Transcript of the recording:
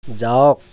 যাওক